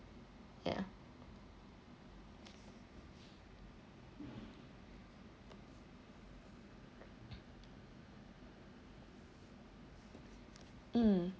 ya mm